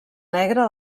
negre